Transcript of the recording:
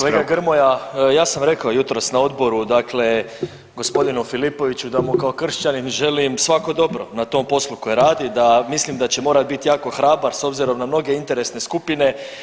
Kolega Grmoja, ja sam rekao jutros na odboru, dakle gospodinu Filipoviću da mu kao Kršćanin želim svako dobro na tom poslu koje radi, da mislim da će morati biti jako hrabar obzirom na mnoge interesne skupine.